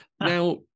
Now